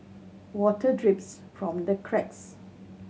water drips from the cracks